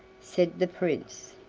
said the prince.